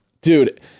Dude